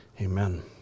Amen